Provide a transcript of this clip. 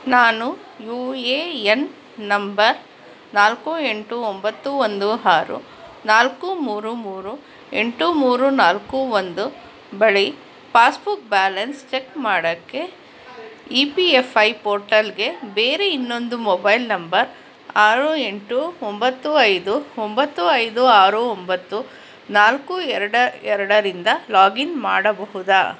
ನಾನು U A N number ನಾಲ್ಕು ಎಂಟು ಒಂಬತ್ತು ಒಂದು ಆರು ನಾಲ್ಕು ಮೂರು ಮೂರು ಎಂಟು ಮೂರು ನಾಲ್ಕು ಒಂದು ಬಳಿ ಪಾಸ್ಬುಕ್ ಬ್ಯಾಲೆನ್ಸ್ ಚೆಕ್ ಮಾಡೋಕ್ಕೆ ಇ ಪಿ ಎಫ್ ಐ ಪೋರ್ಟಲ್ಗೆ ಬೇರೆ ಇನ್ನೊಂದು ಮೊಬೈಲ್ ನಂಬರ್ ಆರು ಎಂಟು ಒಂಬತ್ತು ಐದು ಒಂಬತ್ತು ಐದು ಆರು ಒಂಬತ್ತು ನಾಲ್ಕು ಎರ್ಡ ಎರಡರಿಂದ ಲಾಗಿನ್ ಮಾಡಬಹುದಾ